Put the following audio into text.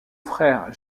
frère